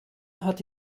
hat